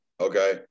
okay